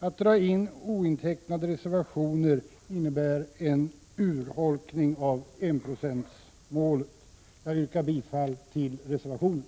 Att dra in ointecknade reservationer innebär en urholkning av enprocentsmålet. Jag yrkar bifall till reservationen.